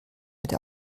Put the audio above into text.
mit